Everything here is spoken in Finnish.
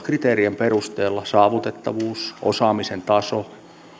kriteerien perusteella saavutettavuus osaamisen taso